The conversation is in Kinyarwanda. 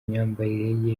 myambarire